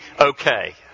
okay